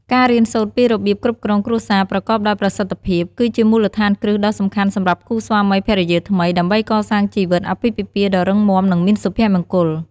ការរៀនសូត្រពីរបៀបគ្រប់គ្រងគ្រួសារប្រកបដោយប្រសិទ្ធភាព គឺជាមូលដ្ឋានគ្រឹះដ៏សំខាន់សម្រាប់គូស្វាមីភរិយាថ្មី ដើម្បីកសាងជីវិតអាពាហ៍ពិពាហ៍ដ៏រឹងមាំ និងមានសុភមង្គល។